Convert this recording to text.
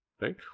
right